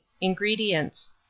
Ingredients